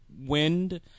wind